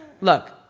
Look